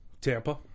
Tampa